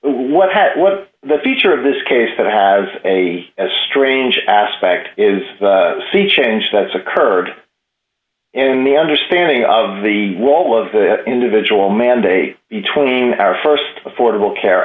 what has the feature of this case that has a as strange aspect is the sea change that's occurred in the understanding of the wall of the individual mandate between our st affordable care